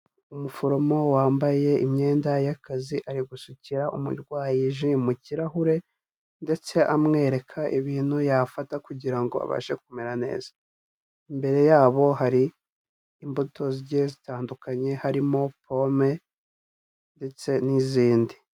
Umuforomo wambaye imyenda y'akazi ari gusukira umurwayi ji mu kirahure ndetse amwereka ibintu yafata kugira ngo abashe kumera neza, imbere yabo hari imbuto zitandukanye harimo pome ndetse n'izindi.